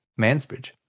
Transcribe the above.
Mansbridge